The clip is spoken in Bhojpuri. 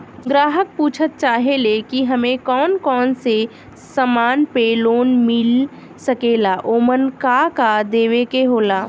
ग्राहक पुछत चाहे ले की हमे कौन कोन से समान पे लोन मील सकेला ओमन का का देवे के होला?